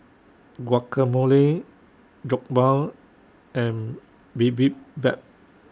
Guacamole Jokbal and Bibimbap